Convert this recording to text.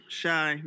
shy